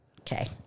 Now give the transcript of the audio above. Okay